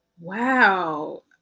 Wow